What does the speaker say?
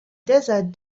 desert